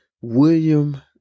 William